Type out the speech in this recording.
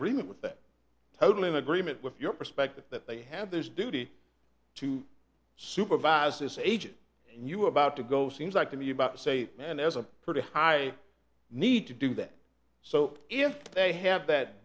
agreement with that totally in agreement with your perspective that they have this duty to supervise this agent knew about to go seems like to me about say and as a pretty high need to do that so if they have that